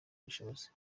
ubushobozi